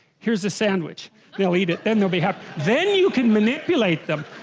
here's the sandwich they'll eat it then they'll be happy then you can, manipulate them